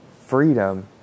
freedom